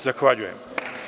Zahvaljujem.